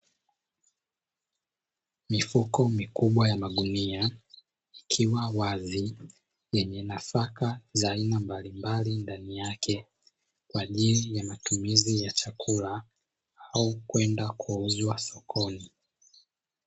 Mifuko mikubwa ya magunia ikiwa wazi yenye nafaka za aina mbalimbali ndani yake kwa ajili ya matumizi ya chakula au kwenda kuuzwa sokoni.